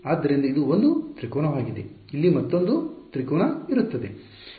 ಆದ್ದರಿಂದ ಇದು 1 ತ್ರಿಕೋನವಾಗಿದೆ ಇಲ್ಲಿ ಮತ್ತೊಂದು ತ್ರಿಕೋನ ಇರುತ್ತದೆ